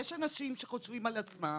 כי יש אנשים שחושבים על עצמם